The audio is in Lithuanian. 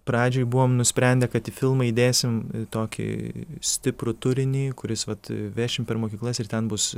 pradžiai buvom nusprendę kad į filmą įdėsim tokį stiprų turinį kuris vat vešim per mokyklas ir ten bus